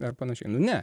ar panašiai nu ne